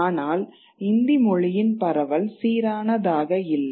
ஆனால் இந்தி மொழியின் பரவல் சீரானதாக இல்லை